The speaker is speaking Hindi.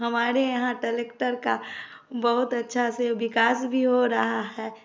हमारे यहाँ टलेक्टर का बहुत अच्छा से विकास भी हो रहा है